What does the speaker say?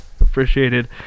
appreciated